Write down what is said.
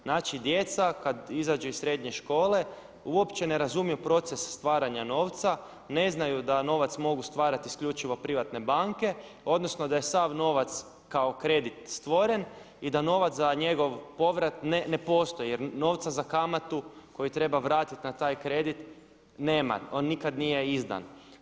Znači djeca kada izađu iz srednje škole uopće ne razumiju proces stvaranja novca, ne znaju da novac mogu stvarati isključivo privatne banke, odnosno da je sav novac kao kredit stvoren i da novac za njegov povrat ne postoji, jer novca za kamatu koju treba vratiti na taj kredit nema, on nikada nije izdan.